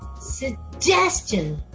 Suggestion